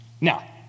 Now